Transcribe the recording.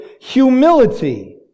humility